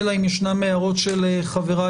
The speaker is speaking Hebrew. אלא אם ישנן הערות של חבריי,